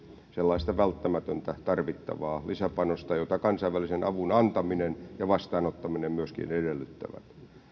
sellaista välttämätöntä tarvittavaa lisäpanosta jota kansainvälisen avun antaminen ja vastaanottaminen myöskin edellyttävät